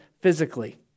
physically